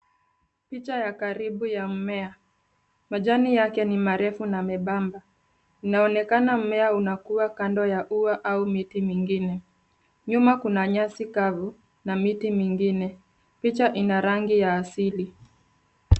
Picha ya karibu ya mmea. Majani yake ni marefu na membamba. Inaonekana mmea unakua kando ya ua au miti mingine. Nyuma kuna nyasi kavu na miti mingine. Picha ina rangi ya asili.